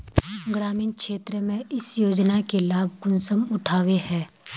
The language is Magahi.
ग्रामीण क्षेत्र में इस योजना के लाभ कुंसम उठावे है?